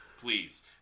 please